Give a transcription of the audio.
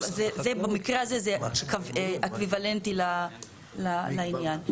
במקרה הזה זה אקוויוולנטי לעניין.